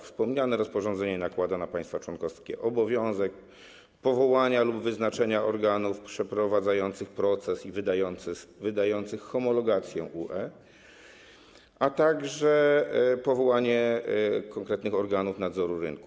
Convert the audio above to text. Wspomniane rozporządzenie nakłada na państwa członkowskie obowiązek powołania lub wyznaczenia organów przeprowadzających proces homologacji i wydających homologacje typu UE, a także powołania konkretnych organów nadzoru rynku.